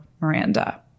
Miranda